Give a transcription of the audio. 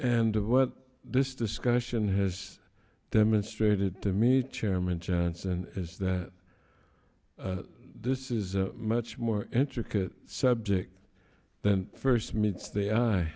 and what this discussion has demonstrated to me chairman johnson is that this is a much more intricate subject than first meets the eye